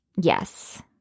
Yes